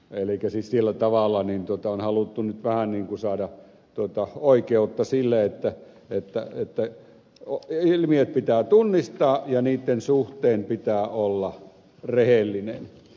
elikkä siis sillä tavalla on haluttu nyt vähän saada oikeutta sille että ilmiöt pitää tunnistaa ja niitten suhteen pitää olla rehellinen